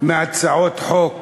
מהצעות חוק